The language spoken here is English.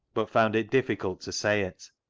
but found it difficult to say it.